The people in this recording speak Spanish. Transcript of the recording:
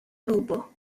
grupo